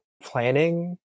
planning